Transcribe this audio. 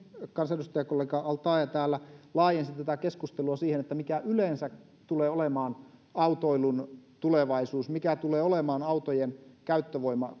kansanedustajakollega al taee täällä aivan oikein laajensi tätä keskustelua siihen mikä yleensä tulee olemaan autoilun tulevaisuus mikä tulee olemaan autojen käyttövoima